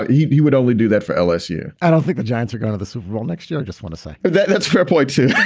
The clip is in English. ah you you would only do that for lsu. i don't think the giants are gonna the super bowl next year. i just want to say that that's fair play to